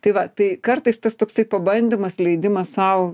tai va tai kartais tas toksai pabandymas leidimas sau